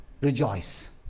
rejoice